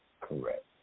Correct